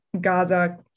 Gaza